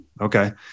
okay